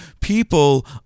people